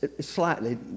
slightly